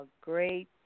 great